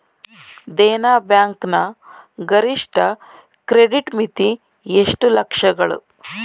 Dena Bank ನ ಗರಿಷ್ಠ credit ಮಿತಿ ಎಷ್ಟು ಲಕ್ಷಗಳು?